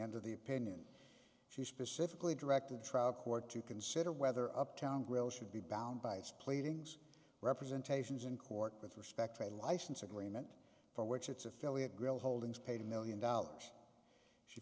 end of the opinion she specifically directed the trial court to consider whether uptown grill should be bound by its pleadings representation in court with respect to a license agreement for which its affiliate grill holdings paid a million dollars she